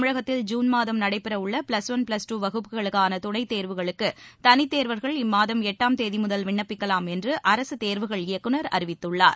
தமிழகத்தில் ஜூன் மாதம் நடைபெற உள்ள ப்ளஸ் ஒன் ப்ளஸ் டூ வகுப்புகளுக்கான துணைத் தேர்வுகளுக்கு தனித் தேர்வர்கள் இம்மாதம் எட்டாம் தேதி முதல் விண்ணப்பிக்கலாம் என்று அரசு தேர்வுகள் இயக்குநர் அறிவித்துள்ளார்